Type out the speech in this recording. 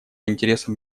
интересам